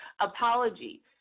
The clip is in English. apology